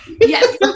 Yes